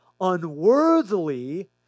unworthily